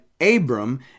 Abram